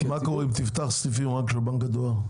מה קורה אם תפתח סניפים רק של בנק הדואר?